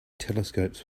telescopes